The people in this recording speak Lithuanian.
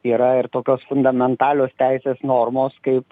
yra ir tokios fundamentalios teisės normos kaip